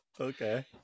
Okay